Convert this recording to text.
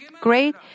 great